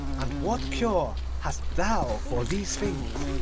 and what cure hast thou for these things?